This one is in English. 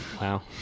Wow